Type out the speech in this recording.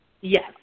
Yes